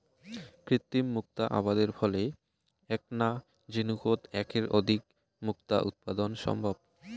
কৃত্রিম মুক্তা আবাদের ফলে এ্যাকনা ঝিনুকোত এ্যাকের অধিক মুক্তা উৎপাদন সম্ভব